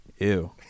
Ew